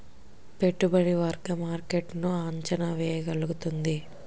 పెట్టుబడి వర్గం మార్కెట్ ను అంచనా వేయగలుగుతుంది